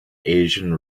asian